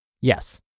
Yes